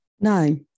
no